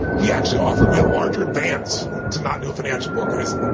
he actually offered me a larger advance to not do a financial book. i said, look,